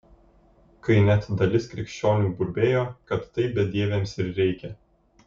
kai net dalis krikščionių burbėjo kad taip bedieviams ir reikia